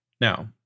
Now